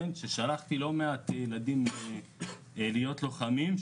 ושלחתי לא מעט ילדים להיות לוחמים.